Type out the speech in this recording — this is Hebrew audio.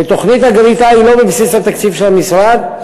ותוכנית הגריטה היא לא בבסיס התקציב של המשרד,